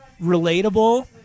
relatable